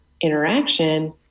interaction